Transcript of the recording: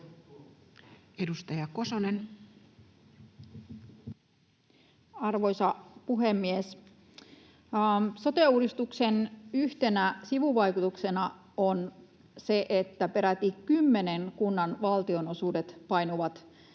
Edustaja Kosonen. Arvoisa puhemies! Sote-uudistuksen yhtenä sivuvaikutuksena on se, että peräti kymmenen kunnan valtionosuudet painuvat